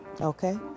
Okay